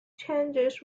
changes